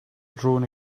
drone